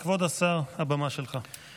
כבוד השר, הבמה שלך.